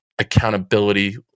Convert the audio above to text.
accountability